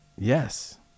Yes